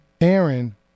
Aaron